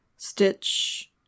stitch